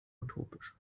utopisch